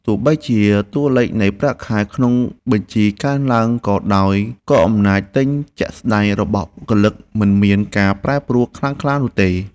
ទោះបីជាតួលេខនៃប្រាក់ខែក្នុងបញ្ជីកើនឡើងក៏ដោយក៏អំណាចទិញជាក់ស្តែងរបស់បុគ្គលិកមិនមានការប្រែប្រួលខ្លាំងក្លានោះទេ។